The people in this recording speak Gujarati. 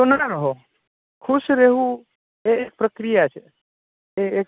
ખુશ રહેવુ એ એક પ્રક્રિયા છે